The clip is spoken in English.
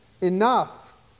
enough